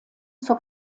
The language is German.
zur